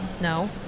No